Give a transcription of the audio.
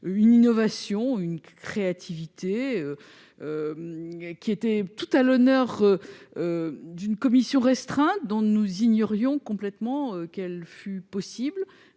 de l'innovation qui sont tout à l'honneur d'une commission restreinte dont nous ignorions complètement qu'elle fût possible,